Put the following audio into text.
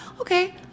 okay